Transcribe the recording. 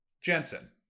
Jensen